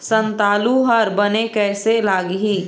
संतालु हर बने कैसे लागिही?